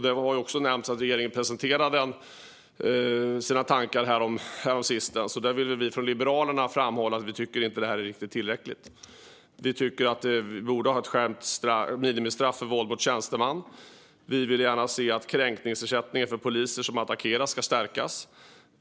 Det har också nämnts att regeringen presenterade sina tankar häromsistens. Liberalerna vill framhålla att det inte är tillräckligt. Det borde vara ett skärpt minimistraff för våld mot tjänsteman. Vi vill gärna att kränkningsersättningen för poliser som attackeras ska stärkas.